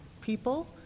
people